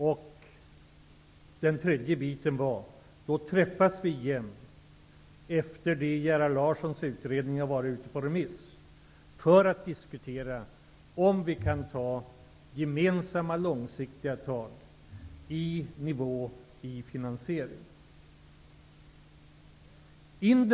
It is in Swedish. Vidare skall vi träffas igen efter det att Gerhard Larssons utredning har varit ute på remiss för att diskutera om vi kan ta gemensamma långsiktiga tag för finansieringen.